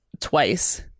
twice